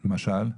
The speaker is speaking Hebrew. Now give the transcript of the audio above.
למשל,